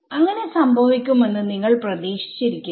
അങ്ങനെ സംഭവിക്കുമെന്ന് നിങ്ങൾ പ്രതീക്ഷിച്ചിരിക്കില്ല